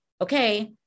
okay